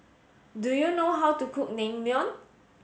do you know how to cook Naengmyeon